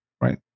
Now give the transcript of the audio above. right